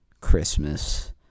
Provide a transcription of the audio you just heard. Christmas